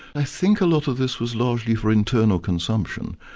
i think a lot of this was largely for internal consumption,